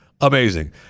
Amazing